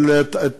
מונגולים.